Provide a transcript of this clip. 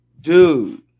Dude